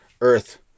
earth